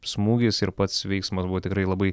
smūgis ir pats veiksmas buvo tikrai labai